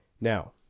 Now